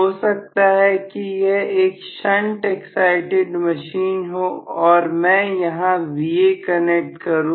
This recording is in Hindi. हो सकता है कि यह एक शंट एक्साइटिड मशीन हो और मैं यहां Va कनेक्ट करूं